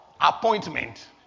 appointment